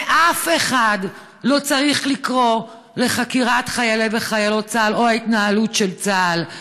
ואף אחד לא צריך לקרוא לחקירת חיילי וחיילות צה"ל או ההתנהלות של צה"ל.